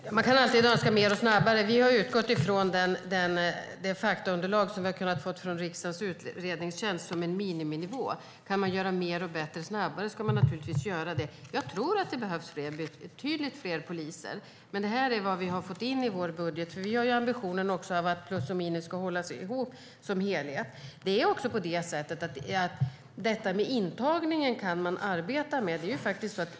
Fru talman! Man kan alltid önska mer och snabbare. Vi har utgått från det faktaunderlag som vi har kunnat få från riksdagens utredningstjänst, som en miniminivå. Om man kan göra mer och bättre snabbare ska man naturligtvis göra det. Jag tror att det behövs betydligt fler poliser. Men det här är vad vi har fått in i vår budget. Vi har nämligen också ambitionen att plus och minus ska gå ihop, som en helhet. Intagningen kan man också arbeta med.